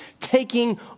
taking